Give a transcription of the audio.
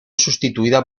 sustituida